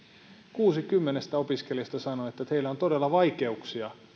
kuusi kymmenestä opiskelijasta sanoo että heillä on todella vaikeuksia